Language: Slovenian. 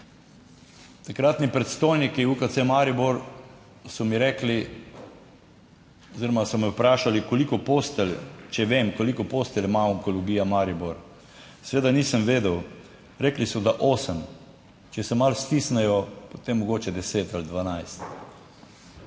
Takratni predstojniki UKC Maribor so mi rekli oziroma so me vprašali, koliko postelj, če vem, koliko postelj ima Onkologija Maribor? Seveda nisem vedel, rekli so, da osem. Če se malo stisnejo, potem mogoče 10 ali 12.